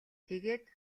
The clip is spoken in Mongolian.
тэгээд